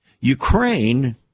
Ukraine